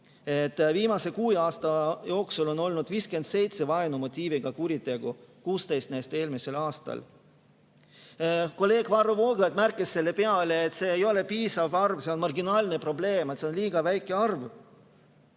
Viimase kuue aasta jooksul on olnud 57 vaenumotiiviga kuritegu, 16 neist eelmisel aastal. Kolleeg Varro Vooglaid märkis selle peale, et see ei ole piisav arv, see on marginaalne probleem ja liiga väike arv.